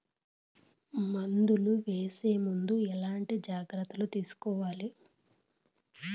మందులు వేసే ముందు ఎట్లాంటి జాగ్రత్తలు తీసుకోవాలి?